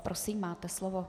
Prosím, máte slovo.